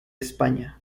españa